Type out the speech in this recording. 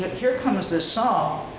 here comes this song,